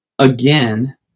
again